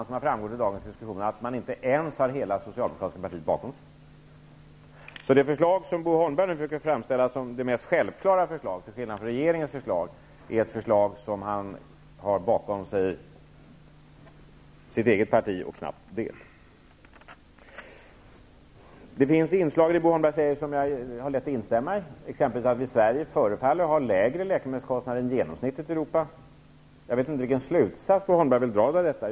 Som har framgått av dagens diskussion har Bo Holmberg i den här frågan inte ens hela det socialdemokratiska partiet bakom sig. Det förslag som Bo Holmberg nu försöker framställa som det mest självklara förslaget -- till skillnad från regeringens förslag -- är alltså ett förslag som bara stöds av Bo Holmbergs eget parti, och knappt det. Det finns i det Bo Holmberg säger en del som jag har lätt att instämma i, exempelvis att vi i Sverige förefaller ha lägre läkemedelskostnader än vad man genomsnittligt har i Europa. Jag vet inte vilken slutsats Bo Holmberg vill dra av detta.